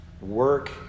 work